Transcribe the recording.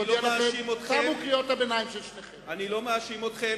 אני לא מאשים אתכם,